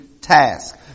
task